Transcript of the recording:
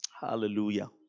Hallelujah